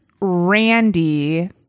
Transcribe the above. Randy